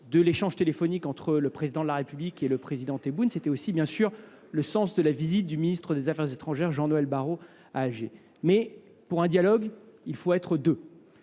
de l'échange téléphonique entre le président de la République et le président Teboun. C'était aussi, bien sûr, le sens de la visite du ministre des Affaires étrangères, Jean-Noël Barreau, à Alger. Mais pour un dialogue, il faut être deux.